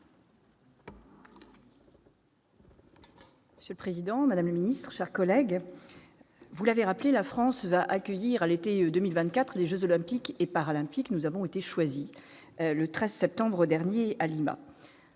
minutes. Le président, Madame la Ministre, chers collègues, vous l'avez rappelé la France va accueillir l'été 2024 les Jeux olympiques et paralympiques, nous avons été choisis le 13 septembre dernier à Lima.